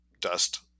dust